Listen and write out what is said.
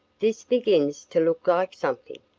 this begins to look like something,